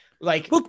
like-